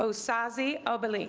so sassy obele yeah